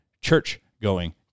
church-going